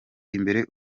imbere